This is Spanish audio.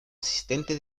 asistente